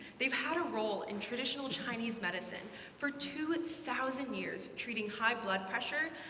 they've had a role in traditional chinese medicine for two thousand years, treating high blood pressure